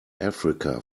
africa